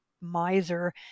miser